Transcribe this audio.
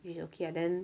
it's okay ah then